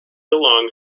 along